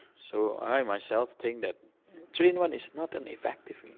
so i myself think that three-in-one is not an effective